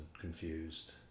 confused